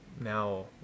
now